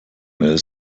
mel